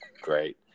great